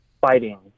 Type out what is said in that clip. fighting